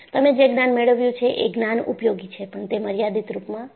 તમે જે જ્ઞાન મેળવ્યું છે એ જ્ઞાન ઉપયોગી છે પણ તે મર્યાદિત રૂપમાં છે